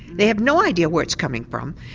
they have no idea where it's coming from.